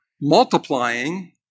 multiplying